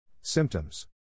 Symptoms